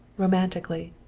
romantically.